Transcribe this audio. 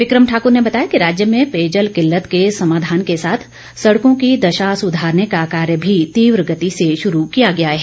बिक्रम ठाकूर ने बताया कि राज्य में पेयजल किल्लत के समाधान के साथ सड़कों की दशा सुधारने का कार्य भी तीव्र गति से शुरू किया गया है